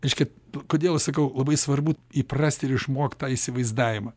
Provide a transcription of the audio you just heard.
reiškia kodėl aš sakau labai svarbu įprast ir išmokt tą įsivaizdavimą